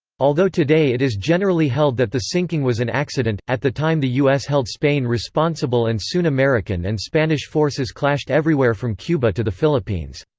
although today it is generally held that the sinking was an accident, at the time the u s. held spain responsible and soon american and spanish forces clashed everywhere from cuba to the philippines.